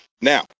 Now